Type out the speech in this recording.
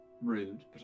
rude